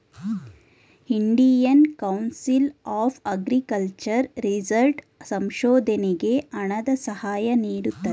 Indian council of agriculture result ಸಂಶೋಧನೆಗೆ ಹಣದ ಸಹಾಯ ನೀಡುತ್ತದೆ